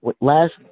Last